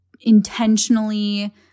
intentionally